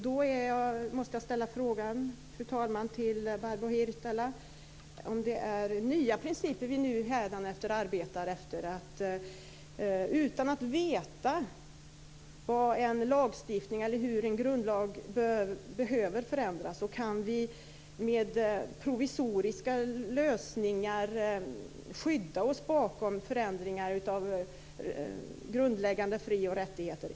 Då måste jag fråga Barbro Hietala Nordlund om det är nya principer som vi nu hädanefter arbetar efter, utan att veta hur en grundlag behöver förändras så kan vi med provisoriska lösningar skydda oss bakom förändringar av grundläggande frioch rättigheter.